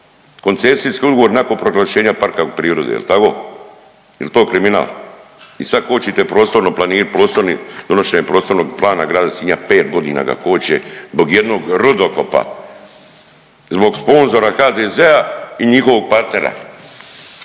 koncesijski ugovor nakon proglašenja parka prirode, jel tako, jel to kriminal i sad kočite prostorno plani…, prostorni, donošenje prostornog plana grada Sinja, 5.g. ga koče zbog jednog rudokopa, zbog sponzora HDZ-a i njihovog partnera.